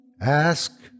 Ask